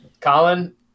Colin